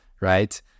right